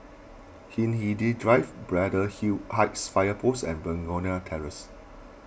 Hindhede Drive Braddell hew Heights Fire Post and Begonia Terrace